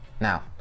Now